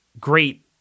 great